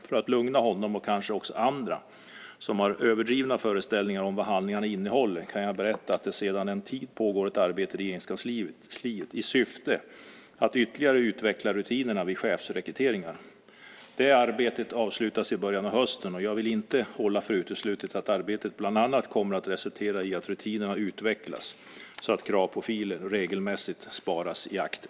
För att lugna honom och kanske också andra som har överdrivna föreställningar om vad handlingarna innehåller kan jag berätta att det sedan en tid pågår ett arbete i Regeringskansliet i syfte att ytterligare utveckla rutinerna vid chefsrekryteringar. Det arbetet avslutas i början av hösten, och jag vill inte hålla för uteslutet att arbetet bland annat kommer att resultera i att rutinerna utvecklas så att kravprofiler regelmässigt sparas i akten.